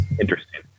interesting